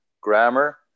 grammar